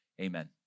amen